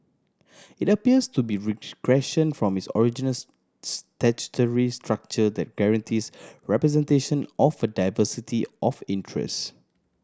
it appears to be regression from its originals statutory structure that guarantees representation of a diversity of interest